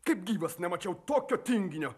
kaip gyvas nemačiau tokio tinginio